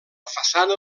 façana